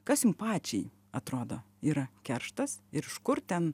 kas jum pačiai atrodo yra kerštas ir iš kur ten